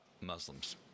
Muslims